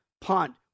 punt